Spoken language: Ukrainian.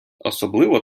особливо